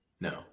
No